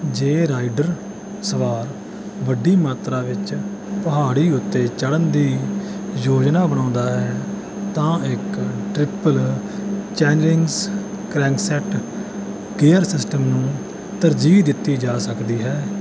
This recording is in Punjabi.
ਜੇ ਰਾਈਡਰ ਸਵਾਰ ਵੱਡੀ ਮਾਤਰਾ ਵਿੱਚ ਪਹਾੜੀ ਉੱਤੇ ਚੜ੍ਹਨ ਦੀ ਯੋਜਨਾ ਬਣਾਉਂਦਾ ਹੈ ਤਾਂ ਇੱਕ triple chainrings crankset gear system ਨੂੰ ਤਰਜੀਹ ਦਿੱਤੀ ਜਾ ਸਕਦੀ ਹੈ